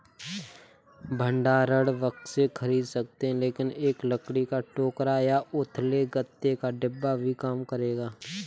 भंडारण बक्से खरीद सकते हैं लेकिन एक लकड़ी का टोकरा या उथले गत्ते का डिब्बा भी काम करेगा